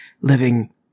living